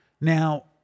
Now